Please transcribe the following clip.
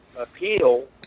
appeal